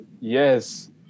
yes